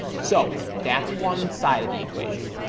so, that's one side of the equation.